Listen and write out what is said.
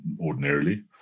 ordinarily